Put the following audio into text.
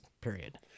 period